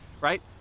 right